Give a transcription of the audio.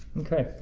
okay,